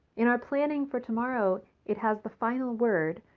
in our planning for tomorrow, it has the final word,